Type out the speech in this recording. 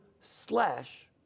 slash